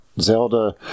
Zelda